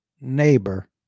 neighbor